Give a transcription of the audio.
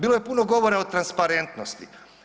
Bilo je puno govora o transparentnosti.